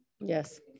Yes